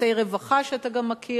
נושאי רווחה, שאתה גם מכיר.